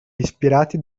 ispirati